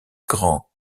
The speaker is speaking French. grand